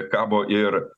kabo ir